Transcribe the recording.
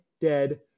dead